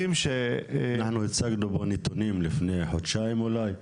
אנחנו הצגנו כבר נתונים לפני חודשיים אולי.